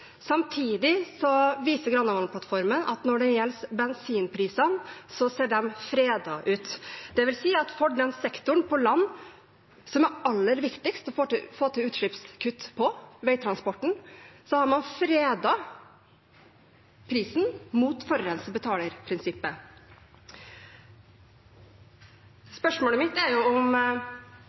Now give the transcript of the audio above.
Samtidig viser Granavolden-plattformen at når det gjelder bensinprisene, ser de fredet ut. Det vil si at for den sektoren på land som er aller viktigst å få til utslippskutt på – veitransporten – har man fredet prisen mot forurenser-betaler-prinsippet. Spørsmålet mitt er om